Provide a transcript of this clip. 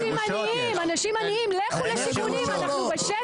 אנשים עניים, לכו לשיכונים, אנחנו בשטח.